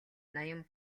ноён